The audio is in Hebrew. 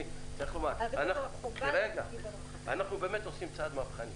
אנחנו באמת עושים צעד מהפכני.